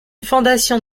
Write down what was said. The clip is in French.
fondation